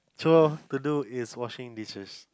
chore to do is washing dishes